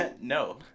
No